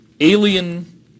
alien